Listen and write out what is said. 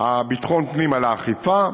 ביטחון פנים, לאכיפה,